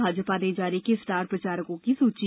भाजपा ने जारी की स्टार प्रचारकों की सूची